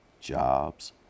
JOBS